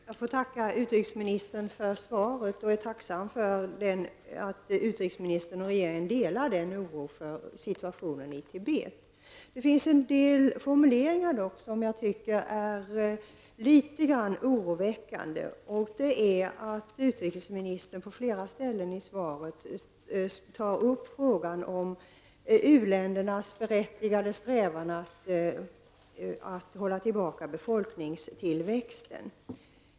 Herr talman! Jag får tacka utrikesministern för svaret, och jag är tacksam att utrikesministern och regeringen delar oron för situationen i Tibet. Det finns dock en del formuleringar som jag tycker är litet oroväckande. Det gäller att utrikesministern på flera ställen i svaret tar upp frågan om u-ländernas berättigade strävan att hålla tillbaka befolkningstillväxten.